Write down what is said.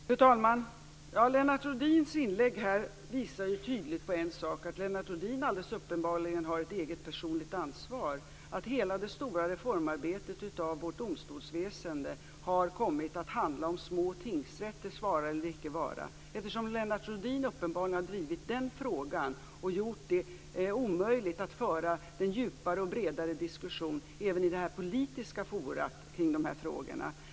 Fru talman! Lennart Rohdins inlägg visar tydligt att han uppenbarligen har ett eget personligt ansvar för att hela det stora arbetet med att reformera vårt domstolsväsende har kommit att handla om små tingsrätters vara eller icke vara, eftersom Lennart Rohdin uppenbarligen har drivit den frågan och gjort det omöjligt att föra en djupare och bredare diskussion även i detta politiska forum kring dessa frågor.